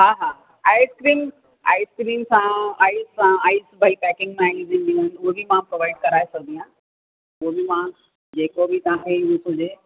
हा हा ice cream ice cream सां आईस सां आईस भई पैकिंग में ईंदी उहे बि मां प्रोवाइड कराए सघंदी आहे उहो बि मां जेको बि तव्हांखे हीअं हुजे